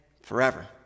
forever